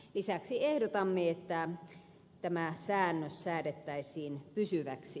lisäksi ehdotamme että tämä säännös säädettäisiin pysyväksi